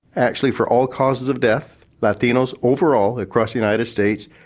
actually for all causes of death, latinos overall across the united states,